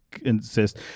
insist